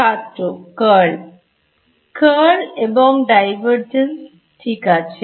ছাত্র Curl Curl এবং Divergence ঠিক আছে